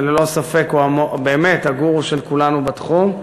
שללא ספק הוא באמת הגורו של כולנו בתחום,